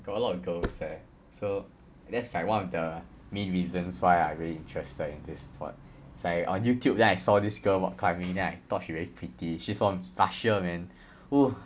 got a lot of girls there so that's like one of the main reasons why I'm very interested in this sport it's like on youtube then I saw this girl rock climbing then I thought she very pretty she's from russia man oo